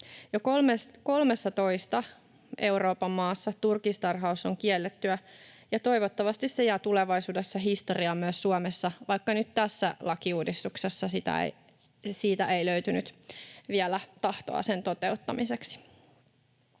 Euroopan maassa turkistarhaus on kiellettyä, ja toivottavasti se jää tulevaisuudessa historiaan myös Suomessa, vaikka nyt tässä lakiuudistuksessa ei löytynyt vielä tahtoa sen toteuttamiseksi.